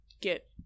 get